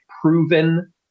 proven